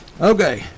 Okay